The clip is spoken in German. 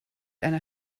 einer